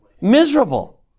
Miserable